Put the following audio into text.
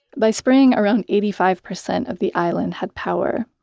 by spring, around eighty five percent of the island had power.